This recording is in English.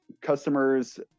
customers